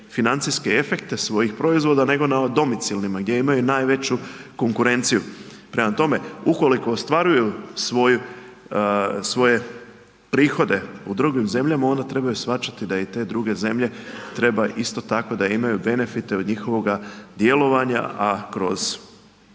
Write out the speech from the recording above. financijske efekte svojih proizvoda nego na domicilnima gdje imaju najveću konkurenciju. Prema tome, ukoliko ostvaruju svoje prihode u drugim zemljama onda trebaju shvaćati da i te druge zemlje treba isto tako da imaju benefite od njihovog djelovanja, a kroz